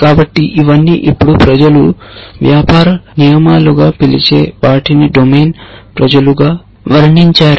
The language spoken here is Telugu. కాబట్టి ఇవన్నీ ఇప్పుడు ప్రజలు వ్యాపార నియమాలుగా పిలిచే వాటిని డొమైన్ ప్రజలుగా వర్ణించారు